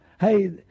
hey